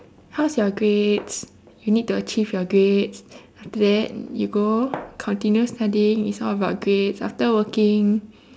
how's your grades you need to achieve your grades after that you go continue studying it's all about grades after working